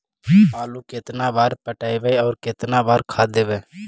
आलू केतना बार पटइबै और केतना बार खाद देबै?